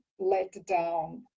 letdown